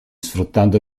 sfruttando